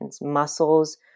Muscles